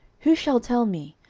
who shall tell me?